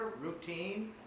routine